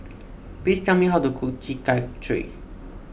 please tell me how to cook Chi Kak Kuih